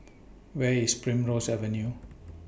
Where IS Primrose Avenue